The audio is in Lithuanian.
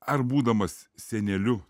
ar būdamas seneliu